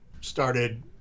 started